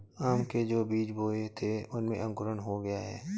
आम के जो बीज बोए थे उनमें अंकुरण हो गया है